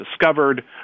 discovered